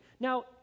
Now